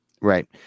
Right